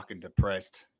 depressed